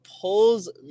pulls